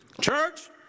church